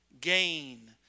gain